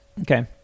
Okay